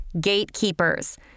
Gatekeepers